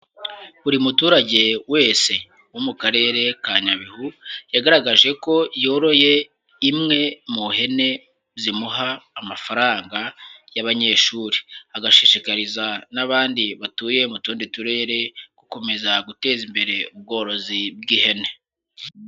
Buri muturage wese wo mu karere ka Nyabihu, yagaragaje ko yoroye imwe mu ihene zimuha amafaranga y'abanyeshuri, agashishikariza n'abandi batuye mu tundi turere, gukomeza guteza imbere ubworozi bw'ihene.